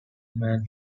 men